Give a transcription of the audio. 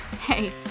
hey